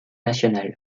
nationales